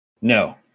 No